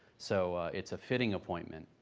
so, it's a fitting appointment,